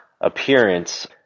appearance